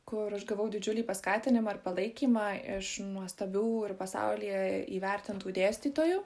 kur aš gavau didžiulį paskatinimą ir palaikymą iš nuostabių ir pasaulyje įvertintų dėstytojų